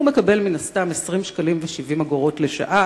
הוא מקבל מן הסתם 20 שקלים ו-70 אגורות לשעה,